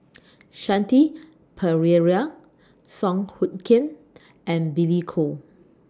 Shanti Pereira Song Hoot Kiam and Billy Koh